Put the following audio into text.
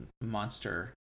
monster